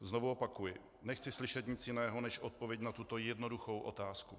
Znovu opakuji, nechci slyšet nic jiného než odpověď na tuto jednoduchou otázku.